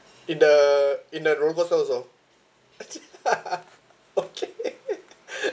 in the in the also actually okay